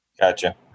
Gotcha